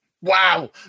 Wow